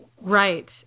Right